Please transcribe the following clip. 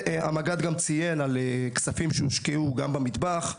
המג"ד גם ציין על כספים שהושקעו במטבח,